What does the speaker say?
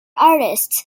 artists